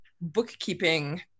bookkeeping